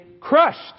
crushed